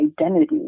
identity